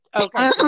okay